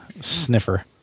sniffer